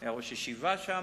היה ראש ישיבה שם.